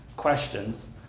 questions